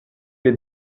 les